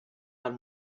del